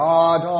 God